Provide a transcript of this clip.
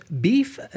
beef